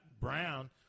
Brown –